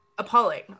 appalling